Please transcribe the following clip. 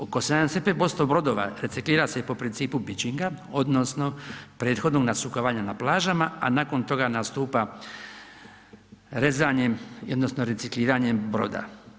Oko 75% brodova reciklira se i po principu bičinga, odnosno prethodnog nasukavanja na plažama a nakon toga nastupa rezanjem i odnosno recikliranjem broda.